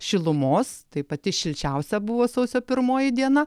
šilumos tai pati šilčiausia buvo sausio pirmoji diena